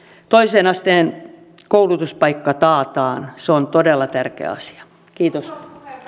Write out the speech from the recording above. toisen asteen koulutuspaikka taataan se on todella tärkeä asia kiitos